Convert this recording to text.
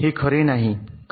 हे खरे नाही का